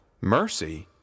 mercy